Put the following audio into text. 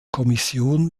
kommission